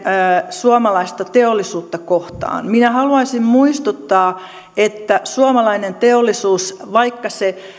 suomalaista teollisuutta kohtaan minä haluaisin muistuttaa että suomalainen teollisuus vaikka se